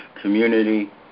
community